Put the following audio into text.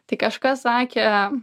tai kažkas sakė